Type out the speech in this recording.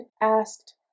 asked